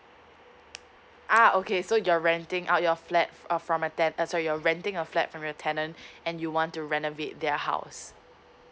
uh okay so you're renting out your flat uh from your ten uh so you're renting a flat from your tenant and you want to renovate their house